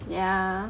yeah